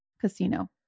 casino